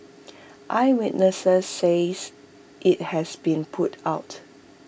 eyewitnesses says IT has been put out